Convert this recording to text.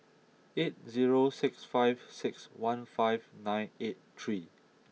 eight zero six five six one five nine eight three